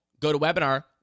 GoToWebinar